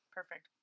perfect